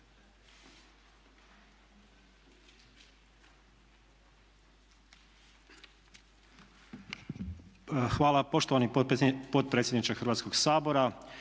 (HSU)** Poštovani predsjedniče Hrvatskoga sabora,